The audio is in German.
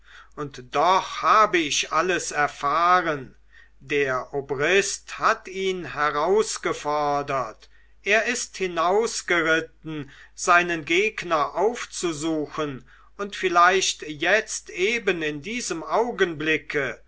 und doch habe ich alles erfahren der obrist hat ihn herausgefordert er ist hinausgeritten seinen gegner aufzusuchen und vielleicht jetzt eben in diesem augenblicke